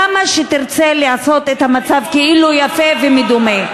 כמה שתרצה לעשות את המצב כאילו הוא יפה ומדומה.